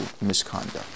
misconduct